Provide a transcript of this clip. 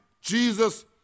Jesus